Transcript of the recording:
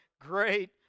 great